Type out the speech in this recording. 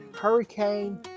Hurricane